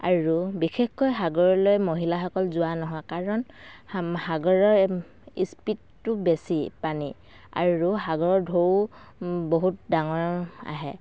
আৰু বিশেষকৈ সাগৰলৈ মহিলাসকল যোৱা নহয় কাৰণ সাগৰৰ ইস্পীডটো বেছি পানীৰ আৰু সাগৰৰ ঢৌ বহুত ডাঙৰ আহে